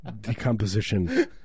decomposition